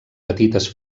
petites